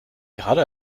gerade